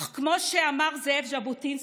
אך כמו שאמר זאב ז'בוטינסקי: